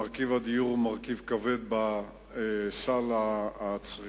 מרכיב הדיור הוא מרכיב כבד בסל הצריכה,